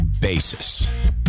basis